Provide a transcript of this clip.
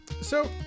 So-